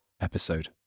episode